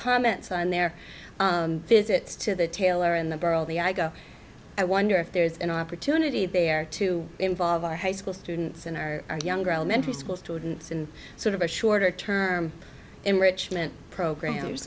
comments on their visits to the tailor and the girl the i go i wonder if there's an opportunity there to involve our high school students in our younger elementary school students in sort of a shorter term enrichment program